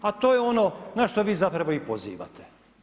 A to je ono na što vi zapravo i pozivate.